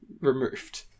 removed